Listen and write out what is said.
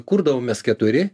kurdavom mes keturi